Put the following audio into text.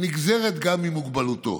הנגזרת גם ממוגבלותו,